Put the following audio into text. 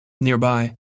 Nearby